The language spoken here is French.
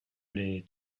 les